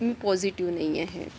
मी positive नाही आहे